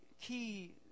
key